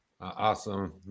Awesome